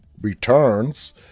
returns